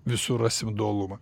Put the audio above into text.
visur rasim dualumą